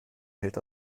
hält